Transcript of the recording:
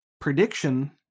prediction